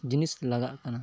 ᱡᱤᱱᱤᱥ ᱞᱟᱜᱟᱜ ᱠᱟᱱᱟ